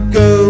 go